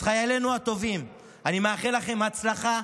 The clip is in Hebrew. אז חיילינו הטובים, אני מאחל לכם הצלחה,